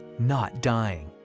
not dying.